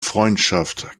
freundschaft